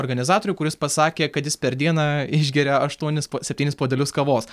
organizatoriu kuris pasakė kad jis per dieną išgeria aštuonis septynis puodelius kavos